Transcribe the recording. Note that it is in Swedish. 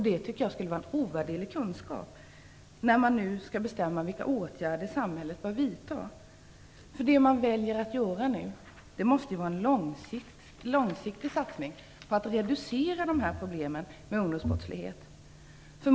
Det tycker jag är en ovärderlig kunskap när man nu skall bestämma vilka åtgärder samhället bör vidta. Det man väljer att göra nu måste vara en långsiktig satsning för att reducera problemen med ungdomsbrottslighet.